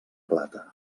plata